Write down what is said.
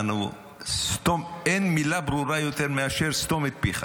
יענו, אין מילה ברורה יותר מאשר סתום את פיך.